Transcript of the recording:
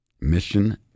Mission